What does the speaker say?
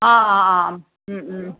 ह हा आं